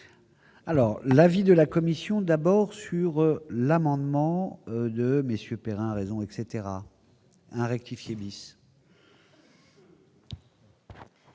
Alors l'avis de la commission d'abord sur l'amendement de monsieur Perrin raison etc à rectifier lisse.